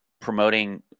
promoting